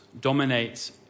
dominates